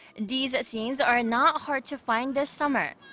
these scenes are not hard to find this summer.